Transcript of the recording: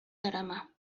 darama